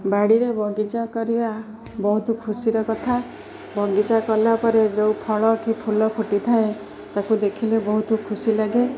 ବାଡ଼ିରେ ବଗିଚା କରିବା ବହୁତ ଖୁସିର କଥା ବଗିଚା କଲା ପରେ ଯେଉଁ ଫଳ କି ଫୁଲ ଫୁଟିଥାଏ ତାକୁ ଦେଖିଲେ ବହୁତ ଖୁସି ଲାଗେ